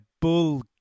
Bull